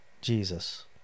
Jesus